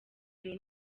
loni